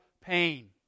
pain